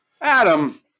Adam